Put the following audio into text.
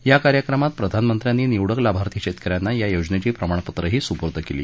या कार्यक्रमात प्रधानमंत्र्यांनी निवडक लाभार्थी शेतकऱ्यांना या योजनेची प्रमाणपत्रही सुपूर्द केली